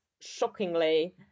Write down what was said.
shockingly